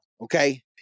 Okay